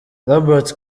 lambert